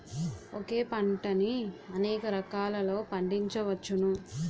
ఒకే పంటని అనేక రకాలలో పండించ్చవచ్చును